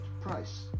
price